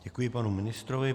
Děkuji panu ministrovi.